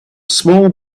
small